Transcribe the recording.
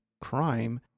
crime